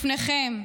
לפניכם,